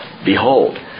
Behold